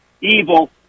evil